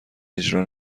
اجرا